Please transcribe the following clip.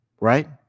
right